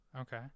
Okay